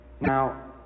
Now